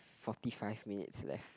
forty five minutes left